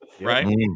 right